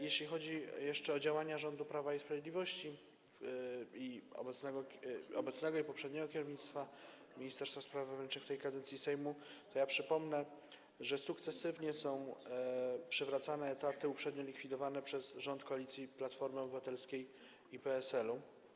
Jeśli chodzi o działania rządu Prawa i Sprawiedliwości, obecnego i poprzedniego kierownictwa ministerstwa spraw wewnętrznych w tej kadencji Sejmu, to przypomnę, że sukcesywnie są przywracane etaty uprzednio likwidowane przez rząd koalicji Platformy Obywatelskiej i PSL-u.